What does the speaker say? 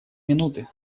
минуты